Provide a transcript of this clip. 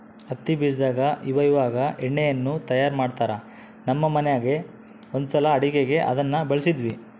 ಹತ್ತಿ ಬೀಜದಾಗ ಇವಇವಾಗ ಎಣ್ಣೆಯನ್ನು ತಯಾರ ಮಾಡ್ತರಾ, ನಮ್ಮ ಮನೆಗ ಒಂದ್ಸಲ ಅಡುಗೆಗೆ ಅದನ್ನ ಬಳಸಿದ್ವಿ